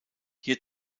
hier